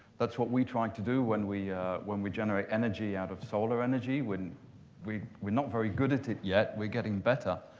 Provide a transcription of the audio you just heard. that's what we try to do when we when we generate energy out of solar energy. when we're not very good at it yet. we're getting better.